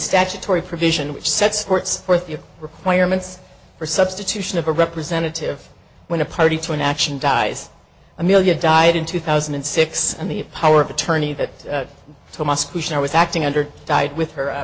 statutory provision which sets courts forth your requirements for substitution of a representative when a party to an action dies a million died in two thousand and six and the power of attorney that to must question or was acting under died with her